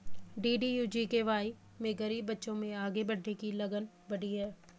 DDU GKY से गरीब बच्चों में आगे बढ़ने की लगन बढ़ी है